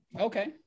Okay